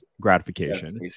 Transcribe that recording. gratification